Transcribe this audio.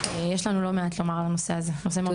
יש לנו לא מעט לומר על הנושא הזה, זה מאוד חשוב.